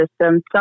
systems